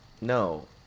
No